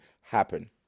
happen